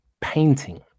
painting